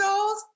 old